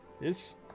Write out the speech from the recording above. Yes